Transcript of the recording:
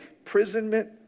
imprisonment